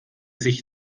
sich